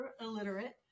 illiterate